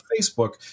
facebook